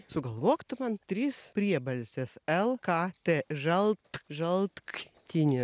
sugalvok tu man trys priebalsės el ka t žalkt žalktynė